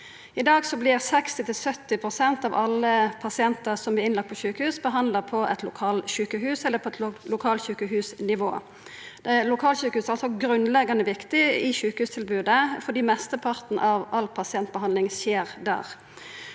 I dag vert 60–70 pst. av alle pasientar som er innlagde på sjukehus, behandla på eit lokalsjukehus eller på lokalsjukehusnivå. Lokalsjukehuset er altså grunnleggjande viktig i sjukehustilbodet, fordi mesteparten av all pasientbehandling skjer der.